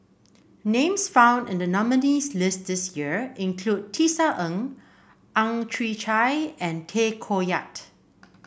names found in the nominees' list this year include Tisa Ng Ang Chwee Chai and Tay Koh Yat